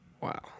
Wow